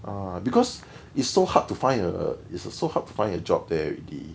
uh because it's so hard to find uh it's so hard to find a job there already